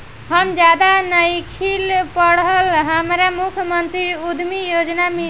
हम ज्यादा नइखिल पढ़ल हमरा मुख्यमंत्री उद्यमी योजना मिली?